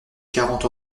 quarante